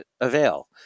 avail